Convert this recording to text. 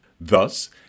Thus